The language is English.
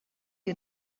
you